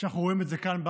ואנחנו רואים את זה כאן,